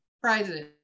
prizes